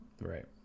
right